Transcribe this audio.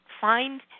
find